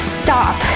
stop